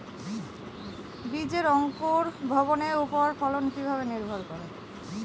বীজের অঙ্কুর ভবনের ওপর ফলন কিভাবে নির্ভর করে?